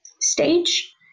stage